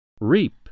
REAP